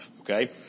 Okay